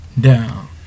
down